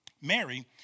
Mary